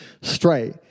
straight